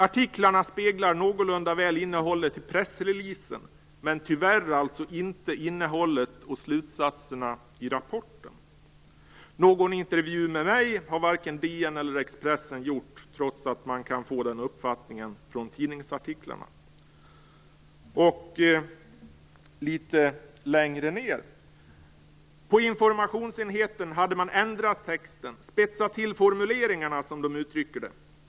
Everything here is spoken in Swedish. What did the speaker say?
Artiklarna speglar någorlunda väl innehållet i pressreleasen, men tyvärr alltså inte innehållet och slutsatserna i rapporten. " Litet längre fram i brevet skrev han: spetsat till formuleringarna, som dom uttrycker det.